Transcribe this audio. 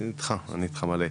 אני איתך מלא.